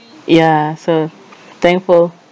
ya so thankful